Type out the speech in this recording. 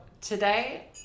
today